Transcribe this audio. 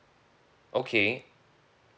okay